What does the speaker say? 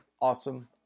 awesome